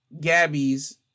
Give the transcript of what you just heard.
Gabby's